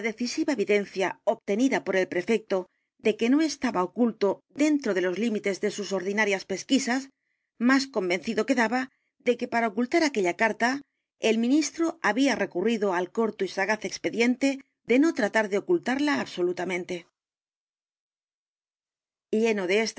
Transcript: decisiva evidencia obtenida por el prefecto de que no estaba oculto dentro d é l o s límites de sus ordinarias pesquisas más convencido quedaba de que para ocultar aquella carta el ministro había recurrido al corto y sagaz expediente de no t r a t a r de ocultarla absolutamente lleno de